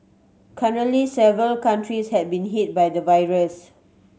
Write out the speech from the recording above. currently several countries had been hit by the virus